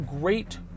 great